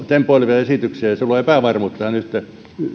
tempoilevia esityksiä ja se luo epävarmuutta tähän